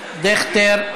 דיכטר,